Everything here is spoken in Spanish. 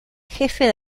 jefe